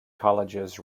colleges